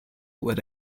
what